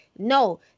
No